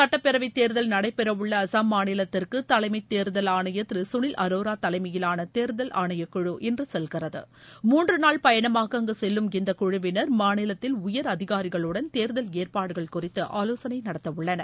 சட்டப்பேரவைத் தேர்தல் நடைபெறவுள்ள அஸ்ஸாம் மாநிலத்திற்கு தலைமத் தேர்தல் ஆணையர் திரு சுனில் அரோரா தலைமையிலான தேர்தல் ஆணையக்குழு இன்று செல்கிறது மூன்று நாள் பயணமாக அங்கு செல்லும் இந்த குழுவினர் மாநிலத்தில் உயர் அதிகாரிகளுடன் தேர்தல் ஏற்பாடுகள் குறித்து ஆலோசனை நடத்தவுள்ளனர்